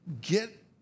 get